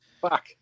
Fuck